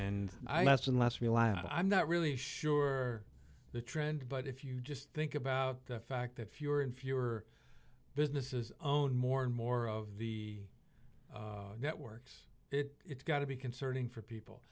reliant i'm not really sure the trend but if you just think about the fact that fewer and fewer businesses own more and more of the networks it's got to be concerning for people